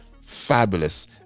fabulous